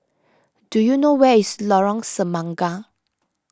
do you know where is Lorong Semangka